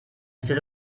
set